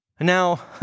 Now